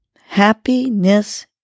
happiness